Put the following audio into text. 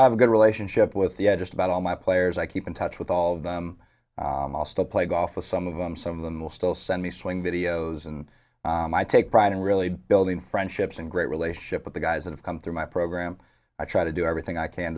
to have a good relationship with the i just about all my players i keep in touch with all of them i'll still play golf with some of them some of them will still send me swing videos and i take pride in really building friendships and great relationship with the guys that have come through my program i try to do everything i can